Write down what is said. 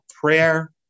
prayer